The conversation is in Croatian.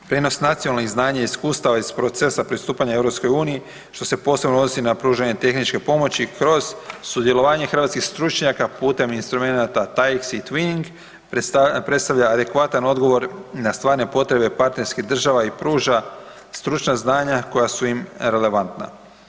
Prijenos nacionalnih znanja i iskustava iz procesa pristupanja EU što se posebno odnosi na pružanje tehničke pomoći kroz sudjelovanje hrvatskih stručnjaka putem instrumenata Tajs i Twing predstavlja adekvatan odgovor na stvarne potrebe partnerskih država i pruža stručna znanja koja su im relevantna.